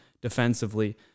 defensively